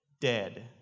dead